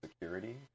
security